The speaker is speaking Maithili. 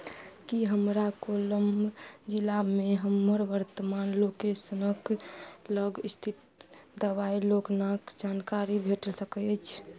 की हमरा कोल्लम जिलामे हमर वर्तमान लोकेशनक लग स्थित दवाइ दोकानक जानकारी भेट सकैत अछि